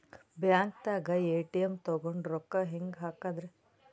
ಬ್ಯಾಂಕ್ದಾಗ ಎ.ಟಿ.ಎಂ ತಗೊಂಡ್ ರೊಕ್ಕ ಹೆಂಗ್ ಹಾಕದ್ರಿ?